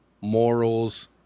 morals